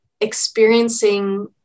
experiencing